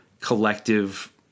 collective –